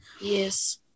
yes